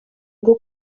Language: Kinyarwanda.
rwo